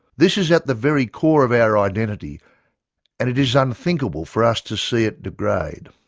this is at the very core of our identity and it is unthinkable for us to see it degrade.